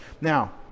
Now